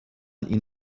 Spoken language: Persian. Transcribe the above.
این